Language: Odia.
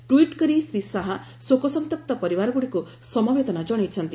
ଟ୍ୱିଟ୍ କରି ଶ୍ରୀ ଶାହା ଶୋକସନ୍ତପ୍ତ ପରିବାରଗୁଡ଼ିକୁ ସମବେଦନା ଜଣାଇଛନ୍ତି